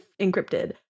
encrypted